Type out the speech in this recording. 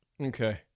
Okay